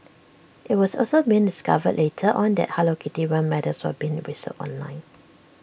IT was also being discovered later on that hello kitty run medals were being resold online